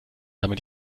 damit